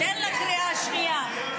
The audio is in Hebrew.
תן לה קריאה שנייה.